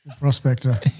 Prospector